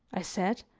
i said,